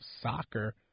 soccer